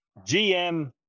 GM